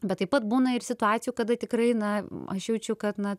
bet taip pat būna ir situacijų kada tikrai na aš jaučiu kad na